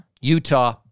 Utah